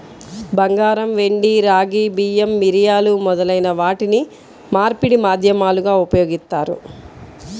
బంగారం, వెండి, రాగి, బియ్యం, మిరియాలు మొదలైన వాటిని మార్పిడి మాధ్యమాలుగా ఉపయోగిత్తారు